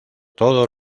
todos